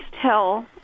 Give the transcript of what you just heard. tell